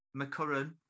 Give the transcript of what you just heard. McCurran